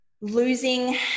losing